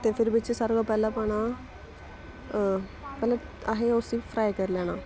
ते फिर बिच्च सारें कोला पैह्लें पाना पैह्लें असें उसी फ्राई करी लैना